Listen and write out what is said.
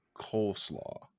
coleslaw